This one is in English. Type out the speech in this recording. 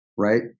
right